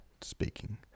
speaking